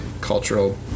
cultural